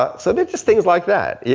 ah so they're just things like that. yeah